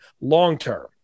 long-term